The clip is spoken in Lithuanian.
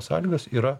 sąlygas yra